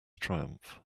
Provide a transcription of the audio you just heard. triumph